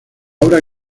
obra